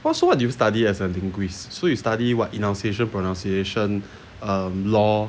well so what do you study as a linguist so you study what enunciation pronunciation um law